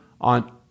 on